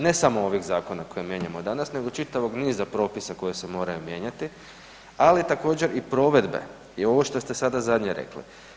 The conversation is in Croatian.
Ne samo ovih zakona koje mijenjamo danas nego čitavog niza propisa koji se moraju mijenjati ali također i provedbe i ovo što ste sada zadnje rekli.